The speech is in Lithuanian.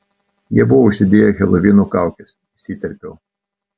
jie buvo užsidėję helovino kaukes įsiterpiau